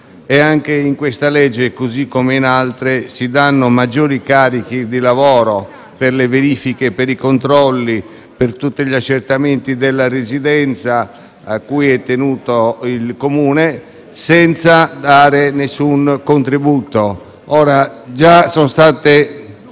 Anche con questo provvedimento, così come in altri, si prevedono maggiori carichi di lavoro per le verifiche, i controlli e tutti gli accertamenti della residenza, cui è tenuto il Comune, senza dare alcun contributo.